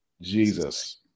Jesus